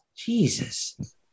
Jesus